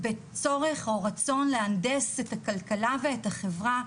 בצורך או רצון להנדס את הכלכלה ואת החברה.